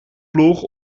ploeg